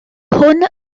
hwn